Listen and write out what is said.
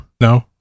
No